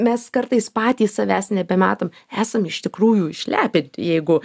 mes kartais patys savęs nebematom esam iš tikrųjų išlepinti jeigu